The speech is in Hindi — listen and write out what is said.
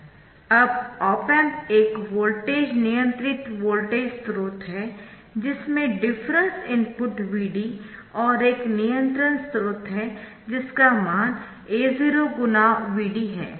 अब ऑप एम्प एक वोल्टेज नियंत्रित वोल्टेज स्रोत है जिसमें डिफरेंस इनपुट Vd और एक नियंत्रण स्रोत है जिसका मान A0 Vd है